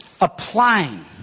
Applying